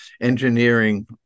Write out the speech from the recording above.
engineering